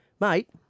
mate